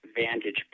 vantage